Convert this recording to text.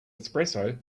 espresso